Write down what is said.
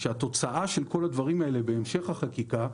שהתוצאה של כל הדברים האלה בהמשך החקיקה,